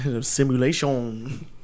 Simulation